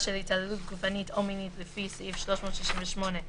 של התעללות גופנית או מינית לפי סעיף 368ג,